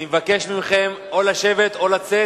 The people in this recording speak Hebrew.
אני מבקש מכם לשבת או לצאת.